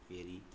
पहिरीं